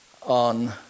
on